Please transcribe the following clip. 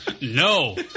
No